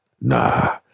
nah